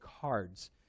cards